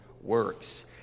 works